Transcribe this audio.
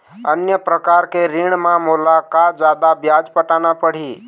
अन्य प्रकार के ऋण म मोला का जादा ब्याज पटाना पड़ही?